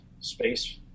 space